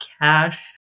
cash